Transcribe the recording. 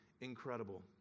incredible